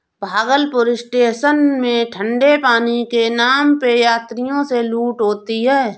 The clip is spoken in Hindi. भागलपुर स्टेशन में ठंडे पानी के नाम पे यात्रियों से लूट होती है